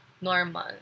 normal